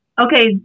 okay